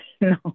No